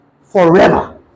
forever